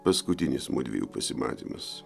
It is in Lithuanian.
paskutinis mudviejų pasimatymas